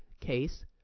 case